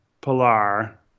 Pilar